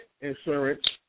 insurance